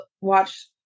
watch